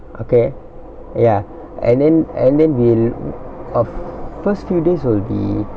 okay ya and then and then we'll of first few days will be